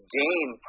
game